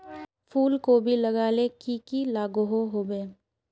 फूलकोबी लगाले की की लागोहो होबे?